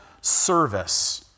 service